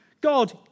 God